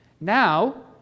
Now